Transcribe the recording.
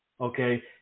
Okay